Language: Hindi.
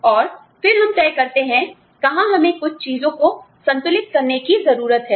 और फिर हम तय करते हैं कहां हमें कुछ चीजों को संतुलित करने की जरूरत है